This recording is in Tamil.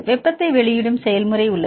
வெப்பத்தை வெளியிடும் செயல்முறை உள்ளது